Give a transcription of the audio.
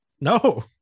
No